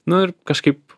nu ir kažkaip